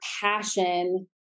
passion